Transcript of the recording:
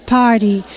party